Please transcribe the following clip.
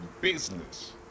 business